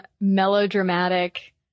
melodramatic